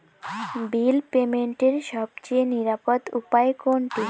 বিল পেমেন্টের সবচেয়ে নিরাপদ উপায় কোনটি?